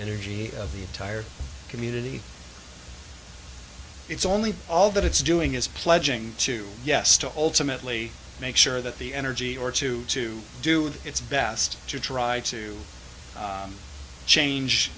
energy of the entire community its only all that it's doing is pledging to yes to alternately make sure that the energy or two to do its best to try to change